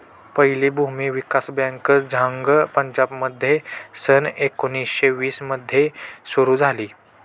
पहिली भूमी विकास बँक झांग पंजाबमध्ये सन एकोणीसशे वीस मध्ये सुरू झाली